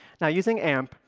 now, using amp,